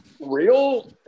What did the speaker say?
real